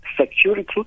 security